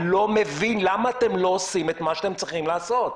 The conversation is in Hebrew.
אני לא יודע למה אתם לא עושים את מה שאתם צריכים לעשות,